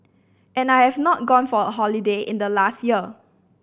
and I have not gone for a holiday in the last year